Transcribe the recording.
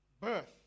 birth